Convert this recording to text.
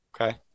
Okay